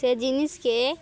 ସେ ଜିନିଷ୍ କେ